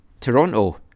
Toronto